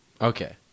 Okay